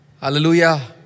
Hallelujah